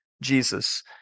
Jesus